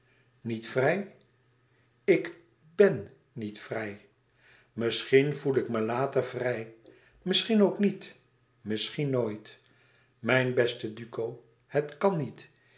niet vrij ik bèn niet vrij misschien voel ik me later vrij misschien ook niet misschien nooit mijn beste duco het kan niet